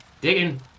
Digging